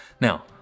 Now